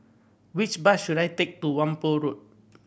which bus should I take to Whampoa Road